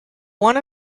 one